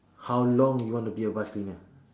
how long you want to be bus cleaner